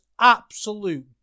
absolute